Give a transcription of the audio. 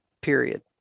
period